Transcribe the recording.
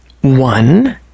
One